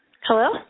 Hello